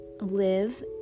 live